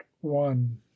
one